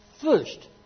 first